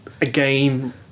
again